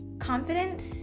confidence